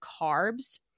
carbs